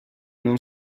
non